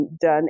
done